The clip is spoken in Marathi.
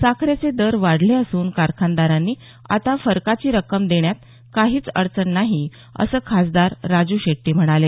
साखरेचे दर वाढले असून कारखानदारांनी आता फरकाची रक्कम देण्यास काहीच अडचण नाही असं खासदार राजू शेट्टी म्हणाले